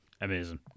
Amazing